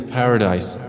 paradise